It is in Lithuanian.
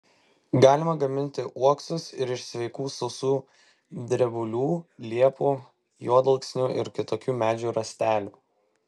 galima gaminti uoksus ir iš sveikų sausų drebulių liepų juodalksnių ir kitokių medžių rąstelių